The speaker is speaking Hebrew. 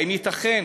האם ייתכן